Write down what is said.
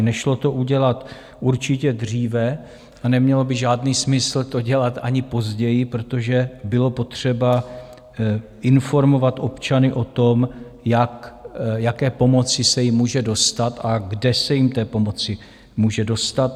Nešlo to udělat určitě dříve a nemělo by žádný smysl to dělat ani později, protože bylo potřeba informovat občany o tom, jaké pomoci se jim může dostat a kde se jim té pomoci může dostat.